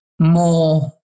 more